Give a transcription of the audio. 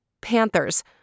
Panthers